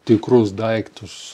tikrus daiktus